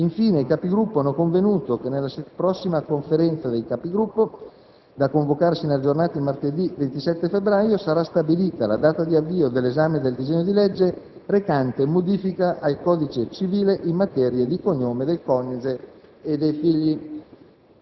Infine, i Capigruppo hanno convenuto che nella prossima Conferenza, da convocarsi nella giornata di martedì 27 febbraio, sarà stabilita la data di avvio dell'esame del disegno di legge recante modifica al Codice civile in materia di cognome del coniuge e dei figli.